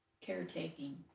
caretaking